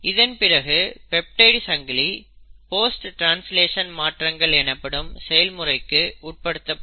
இதன் பிறகு பெப்டைடு சங்கிலி போஸ்ட் ட்ரான்ஸ்லேஷனல் மாற்றங்கள் எனப்படும் செயல்முறைக்கு உட்படுத்தப்படும்